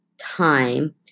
time